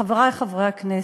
חברי חברי הכנסת,